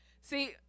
See